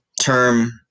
term